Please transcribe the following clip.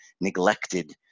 neglected